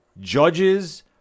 judges